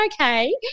okay